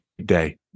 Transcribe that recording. day